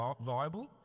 viable